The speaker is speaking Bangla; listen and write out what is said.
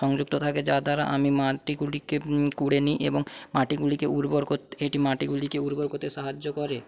সংযুক্ত থাকে যার দ্বারা আমি মাটিগুলিকে কুড়ে নিই এবং মাটিগুলিকে উর্বর করতে এটি মাটিগুলিকে উর্বর করতে সাহায্য করে